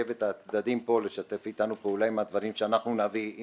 שהם קיבלו את ההערות שלנו --- זה